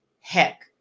heck